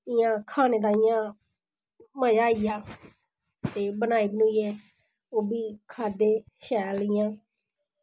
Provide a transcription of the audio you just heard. इ'यां खानै ताहीं आं मजआ आई गेआ ते बनाइयै ते ओह्बी खाद्धे शैल इ'यां